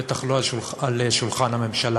בטח לא על שולחן הממשלה,